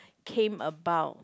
came about